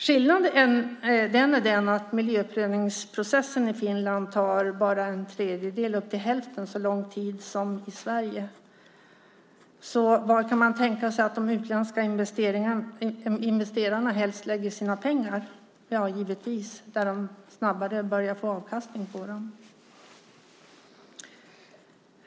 Skillnaden är att miljöprövningsprocessen i Finland bara tar mellan en tredjedel och hälften så lång tid som i Sverige. Var kan man tänka sig att de utländska investerarna helst lägger sina pengar? Givetvis där de snabbare börjar få avkastning på investeringarna!